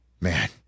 Man